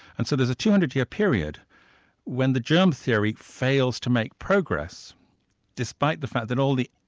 and so there's a two hundred year period when the germ theory fails to make progress despite the fact that all the